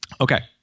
okay